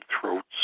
throats